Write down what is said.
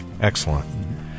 Excellent